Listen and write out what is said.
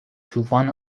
طوفان